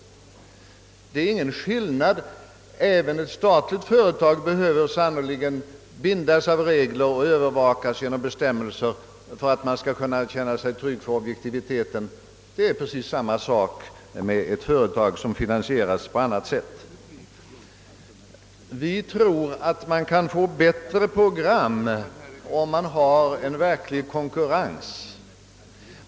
Det är ingen skillnad härvidlag. Ett statligt företag behöver sannerligen bindas av regler och övervakas genom bestämmelser för att man skall kunna känna sig trygg för objektiviteten, och det är precis samma förhållande med ett företag som finansieras på annat sätt. Vi tror att man kan få bättre program med en verklig konkurrens inom radio TV.